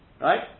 Right